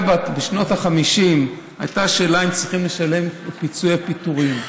בשנות ה-50 הייתה שאלה אם צריכים לשלם פיצויי פיטורים.